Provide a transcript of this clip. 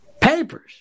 Papers